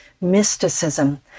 mysticism